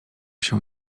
się